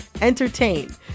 entertain